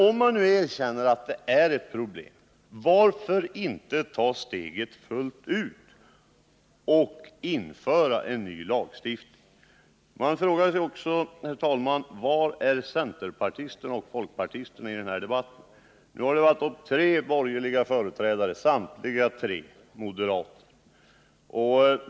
Om man nu erkänner att detta är ett problem, varför då inte ta steget fullt ut och lagstifta? Jag frågar mig också, herr talman, var centerpartisterna och folkpartisterna befinner sig i den här debatten. De tre borgerliga ledamöter som tagit till orda tillhör samtliga moderata samlingspartiet.